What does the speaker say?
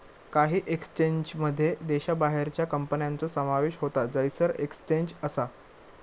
काही एक्सचेंजमध्ये देशाबाहेरच्या कंपन्यांचो समावेश होता जयसर एक्सचेंज असा